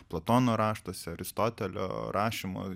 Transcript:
platono raštuose aristotelio rašymo